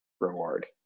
reward